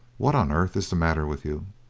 what on earth is the matter with you?